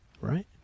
Right